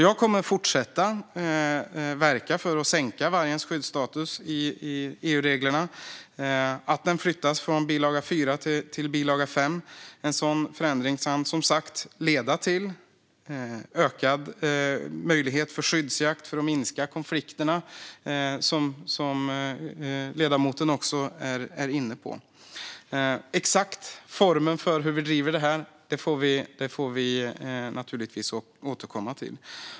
Jag kommer att fortsätta verka för att vargens skyddsstatus sänks i EU-reglerna, att den flyttas från bilaga 4 till bilaga 5. En sådan förändring kan som sagt leda till ökad möjlighet till skyddsjakt för att minska konflikterna, som ledamoten också är inne på. Den exakta formen för hur vi driver detta får vi naturligtvis återkomma till.